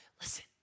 Listen